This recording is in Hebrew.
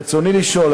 ברצוני לשאול,